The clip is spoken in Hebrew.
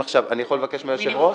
לבקש מהיושב-ראש.